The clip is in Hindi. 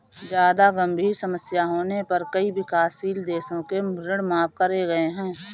जादा गंभीर समस्या होने पर कई बार विकासशील देशों के ऋण माफ करे गए हैं